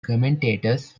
commentators